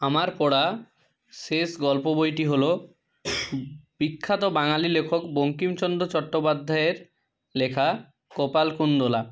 আমার পড়া শেষ গল্প বইটি হলো বিখ্যাত বাঙালি লেখক বঙ্কিমচন্দ চট্টোপাধ্যায়ের লেখা কপালকুণ্ডলা